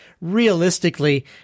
realistically